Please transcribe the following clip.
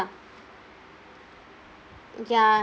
ya